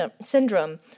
syndrome